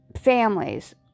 families